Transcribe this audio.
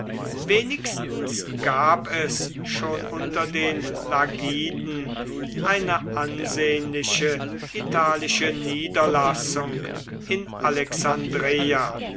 wenigstens gab es schon unter den lagiden eine ansehnliche italische niederlassung in alexandreia